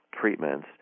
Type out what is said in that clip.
treatments